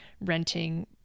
renting